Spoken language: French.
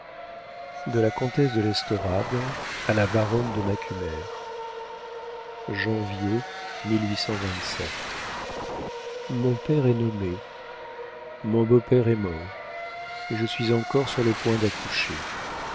de la comtesse de l'estorade a la baronne de ma cum mon père est nommé mon beau-père est mort et je suis encore sur le point d'accoucher